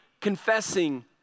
confessing